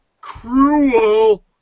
cruel